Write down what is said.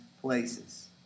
places